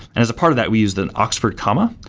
and as a part of that, we used an oxford comma,